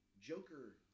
Joker